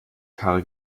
karre